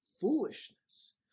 foolishness